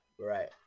Right